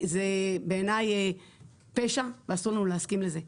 בעיני זה פשע ואסור לנו להסכים לזה.